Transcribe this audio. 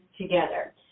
together